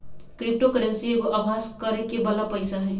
crypto currency एगो अभास करेके बला पइसा हइ